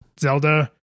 Zelda